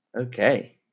Okay